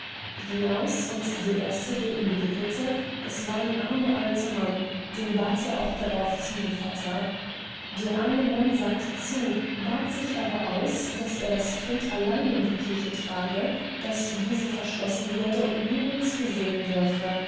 ging aus und der erste der ihm begegnete das war ein armer alter mann den bat er auch darauf zu gevatter der arme mann sagte zu bat sich aber aus daß er das kind allein in die kirche trage daß diese verschlossen werde und niemand zusehen dürfe